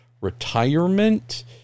retirement